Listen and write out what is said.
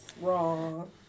wrong